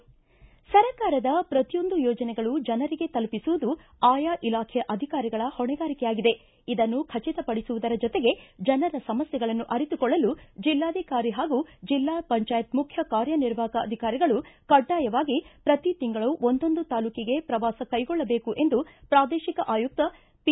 ಸರ್ಕಾರದ ಪ್ರತಿಯೊಂದು ಯೋಜನೆಗಳು ಜನರಿಗೆ ತಲುಪಿಸುವುದು ಆಯಾ ಇಲಾಖೆಯ ಅಧಿಕಾರಿಗಳ ಹೊಣೆಗಾರಿಕೆಯಾಗಿದೆ ಇದನ್ನು ಖಚಿತಪಡಿಸುವುದರ ಜತೆಗೆ ಜನರ ಸಮಸ್ವೆಗಳನ್ನು ಅರಿತುಕೊಳ್ಳಲು ಜಿಲ್ಲಾಧಿಕಾರಿ ಹಾಗೂ ಜಿಲ್ಲಾ ಪಂಚಾಯತ್ ಮುಖ್ಯ ಕಾರ್ಯನಿರ್ವಾಹಕ ಅಧಿಕಾರಿಗಳು ಕಡ್ಡಾಯವಾಗಿ ಪ್ರತಿ ತಿಂಗಳು ಒಂದೊಂದು ತಾಲ್ಲೂಕಿಗೆ ಪ್ರವಾಸ ಕೈಗೊಳ್ಳಬೇಕು ಎಂದು ಪ್ರಾದೇಶಿಕ ಆಯುಕ್ತ ಪಿ